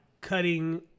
cutting